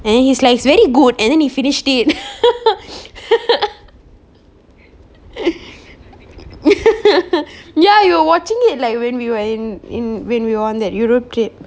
and then he's like it's very good and then he finished it ya you were watching it like when we were in in when we were on that europe trip